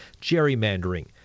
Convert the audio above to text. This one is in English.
gerrymandering